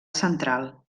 central